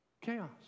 chaos